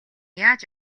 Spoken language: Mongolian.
яаж